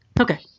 Okay